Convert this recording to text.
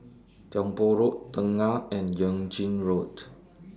Tiong Poh Road Tengah and Yuan Ching Road